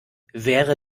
wäre